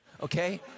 okay